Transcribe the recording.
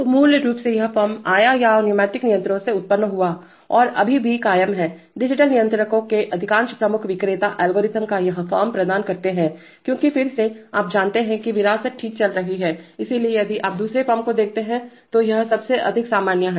तो मूल रूप से यह फॉर्म आया या न्यूमैटिक नियंत्रकों से उत्पन्न हुआ और अभी भी कायम है डिजिटल नियंत्रकों के अधिकांश प्रमुख विक्रेता एल्गोरिथम का यह फॉर्म प्रदान करते हैं क्योंकि फिर से आप जानते हैं कि विरासत ठीक चल रही है इसलिए यदि आप दूसरे फॉर्म को देखते हैं तो यह सबसे अधिक सामान्य है